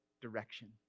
direction